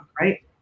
right